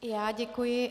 I já děkuji.